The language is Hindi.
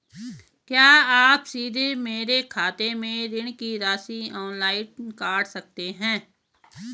क्या आप सीधे मेरे खाते से ऋण की राशि ऑनलाइन काट सकते हैं?